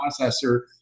processor